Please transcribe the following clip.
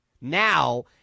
Now